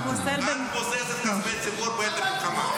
את בוזזת כספי ציבור בעת המלחמה.